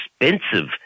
expensive –